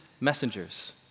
messengers